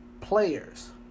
players